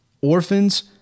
orphans